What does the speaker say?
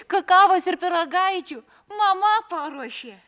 kakavos ir pyragaičių mama paruošė